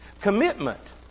Commitment